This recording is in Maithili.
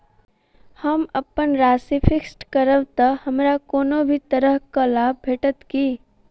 हम अप्पन राशि फिक्स्ड करब तऽ हमरा कोनो भी तरहक लाभ भेटत की?